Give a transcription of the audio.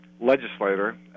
legislator